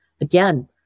Again